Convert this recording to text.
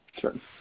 Sure